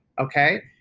okay